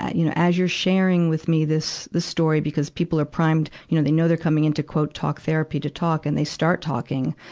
ah you know, as you're sharing with me this, this story because people are primed. you know, they know they're coming into talk therapy to talk, and they start talking.